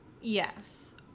yes